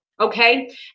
Okay